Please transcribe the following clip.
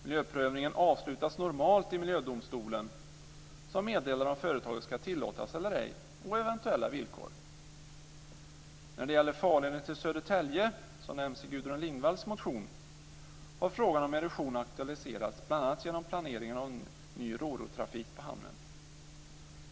Miljöprövningen avslutas normalt i Miljödomstolen som meddelar om företaget ska tilllåtas bedriva verksamhet och eventuella villkor. När det gäller farleden till Södertälje, som nämns i Gudrun Lindvalls motion, har frågan om erosion aktualiserats, bl.a. genom planering av en ny rorotrafik på hamnen.